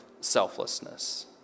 selflessness